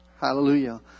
Hallelujah